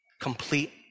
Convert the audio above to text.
complete